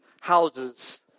houses